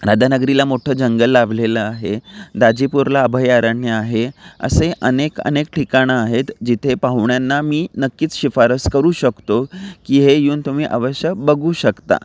राधानगरीला मोठं जंगल लाभलेलं आहे दाजीपूरला अभयारण्य आहे असे अनेक अनेक ठिकाणं आहेत जिथे पाहुण्यांना मी नक्कीच शिफारस करू शकतो की हे येऊन तुम्ही अवश्य बघू शकता